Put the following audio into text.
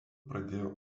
pradėjo